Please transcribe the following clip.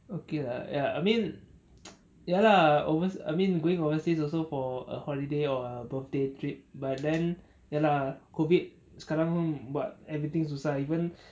okay lah ya I mean ya lah overs~ I mean going overseas also for a holiday or a birthday trip but then ya lah COVID sekarang buat everything susah even